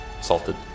Salted